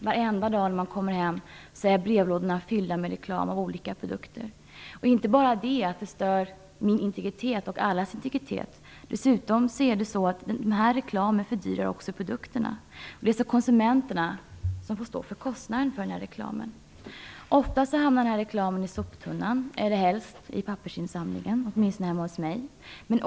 Varje dag när man kommer hem är brevlådan fylld med reklam för olika produkter. Det är inte bara att min och andras integritet kränks, dessutom fördyrar reklamen produkterna. Det är alltid konsumenterna som får stå för kostnaden för reklamen. Oftast hamnar allt i soptunnan, eller helst i pappersinsamlingen, som hemma hos mig.